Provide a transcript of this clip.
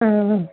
ആ ആ